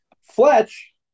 Fletch